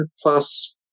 plus